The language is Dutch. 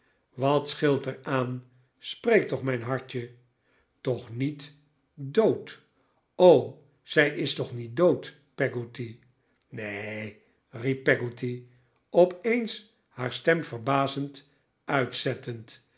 wat scheelt er aan spreek toch mijn hartje toch ook niet dood o zij is toch niet dood peggotty neen riep peggotty op eens haar stem verbazend uitzettend